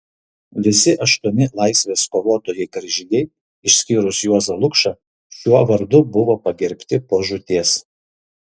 visi aštuoni laisvės kovotojai karžygiai išskyrus juozą lukšą šiuo vardu buvo pagerbti po žūties